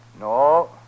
No